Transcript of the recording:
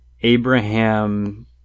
Abraham